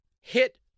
hit